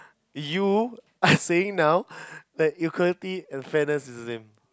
you are saying now that equality and fairness is the same